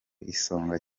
igisonga